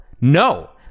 no